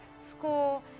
school